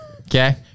Okay